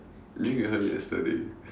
drink with her yesterday